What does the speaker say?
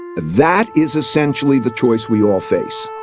that is essentially the choice we all face.